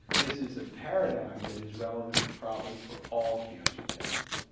this is a paradigm that is relevant probably for all cancer testing.